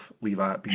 Levi